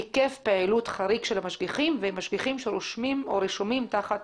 היקף פעילות חריג של המשגיחים ומשגיחים שרשומים תחת